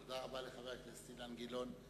תודה רבה לחבר הכנסת אילן גילאון.